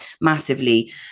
massively